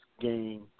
game